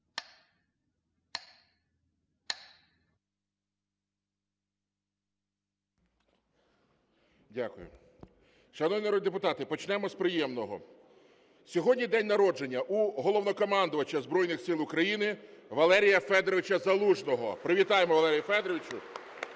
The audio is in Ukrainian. Дякую. Шановні народні депутати, почнемо з приємного. Сьогодні день народження у Головнокомандувача Збройних Сил України Валерія Федоровича Залужного. Привітаємо Валерія Федоровича.